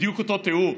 בדיוק אותו תיאור.